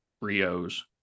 Rios